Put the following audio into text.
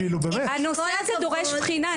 הנושא הזה דורש בחינה.